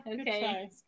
okay